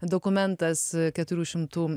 dokumentas keturių šimtų